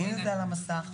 הינה, זה על המסך.